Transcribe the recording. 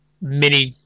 mini